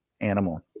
animal